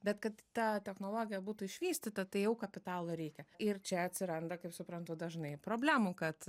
bet kad ta technologija būtų išvystyta tai jau kapitalo reikia ir čia atsiranda kaip suprantu dažnai problemų kad